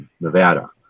Nevada